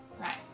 Right